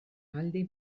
aldi